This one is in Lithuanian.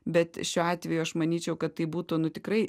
bet šiuo atveju aš manyčiau kad tai būtų nu tikrai